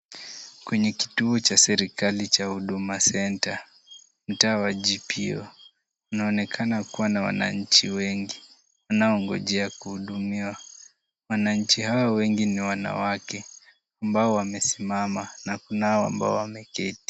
Kwenye kituo cha serikali cha Huduma Centre mtaa wa GPO unaonekana kuwa na wananchi wengi wanaongojea kuhudumiwa. Wananchi hawa wengi ni wanawake ambao wamesimama na kunao ambao wameketi.